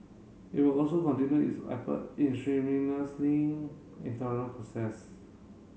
it will also continue its effort in internal process